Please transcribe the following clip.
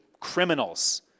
criminals